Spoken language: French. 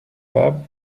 favre